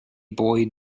boy